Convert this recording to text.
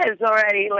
already